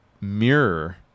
mirror